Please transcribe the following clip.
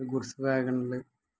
goods വാഗണിൽ